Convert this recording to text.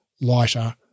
lighter